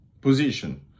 position